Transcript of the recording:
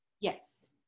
Yes